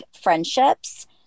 friendships